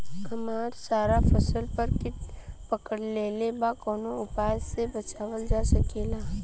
हमर सारा फसल पर कीट पकड़ लेले बा कवनो उपाय से बचावल जा सकेला?